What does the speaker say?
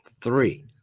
Three